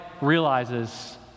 realizes